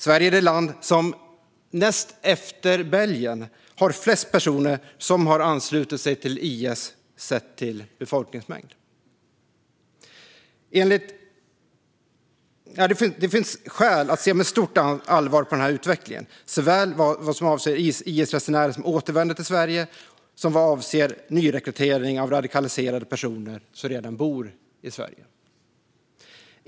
Sverige är det land som, näst efter Belgien, har flest personer som anslutit sig till IS sett till befolkningsmängd. Det finns skäl att se med stort allvar på utvecklingen, vad avser såväl IS-resenärer som återvänder till Sverige som nyrekrytering av radikaliserade personer som redan bor i Sverige.